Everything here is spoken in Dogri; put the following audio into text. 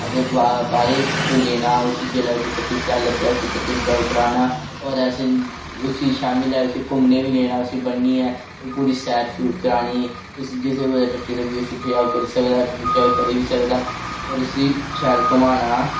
असें बाहरै गी लैना उसी जेल्लै टट्टी पेशाब लग्गे उसी टट्टी पेशाब कराना होर अस उसी शामीं लै घुम्मने गी बी लेना उसी बन्नियै उसी पूरी सैर करानी उसी जित्थें टट्टी पेशाब लग्गी जा करानी टट्टी पेशाब करी बी सकदा होर उसी शैल घुमाना